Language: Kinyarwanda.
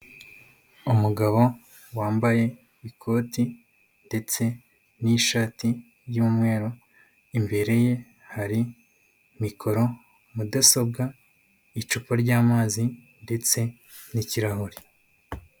Umugabo wambaye ikoti ndetse n'ishati y'umweru, imbere ye hari mikoro, mudasobwa, icupa ry'amazi ndetse n'ikirahure.